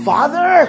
Father